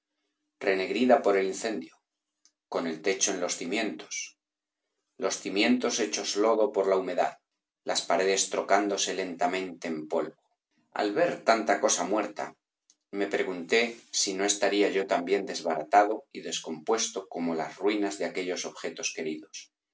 lanzazo renegrida por el incendio con el techo en los cimientos los cimientos hechos lodo por la humedad las paredes trocándose lentamente en polvo al ver tanta cosa muerta me pregunté si no estaría yo también desbaratado y descompuesto como las ruinas de aquellos objetos queridos